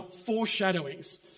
foreshadowings